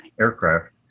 Aircraft